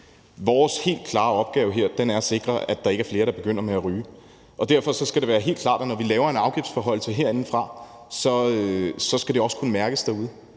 Vores helt klare opgave her er at sikre, at der ikke er flere, der begynder at ryge. Og derfor skal det være helt klart, at når vi herindefra laver en afgiftsforhøjelse, skal det også kunne mærkes derude;